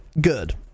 good